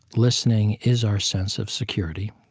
listening is our sense of security.